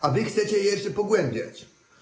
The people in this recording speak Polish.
A wy chcecie je jeszcze pogłębiać.